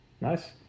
Nice